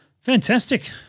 Fantastic